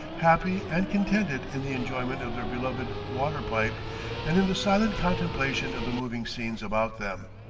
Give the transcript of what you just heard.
happy and contented in the enjoyment of their beloved water-pipe and in the silent contemplation of the moving scenes about them.